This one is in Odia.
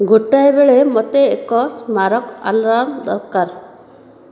ଗୋଟାଏ ବେଳେ ମୋତେ ଏକ ସ୍ମାରକ ଆଲାର୍ମ ଦରକାର